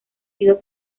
sido